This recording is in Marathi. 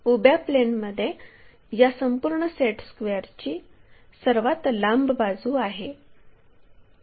उभ्या प्लेनमध्ये या संपूर्ण सेट स्क्वेअरची सर्वात लांब बाजू आहे